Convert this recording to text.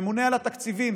ממונה על התקציבים,